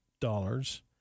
dollars